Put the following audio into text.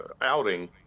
outing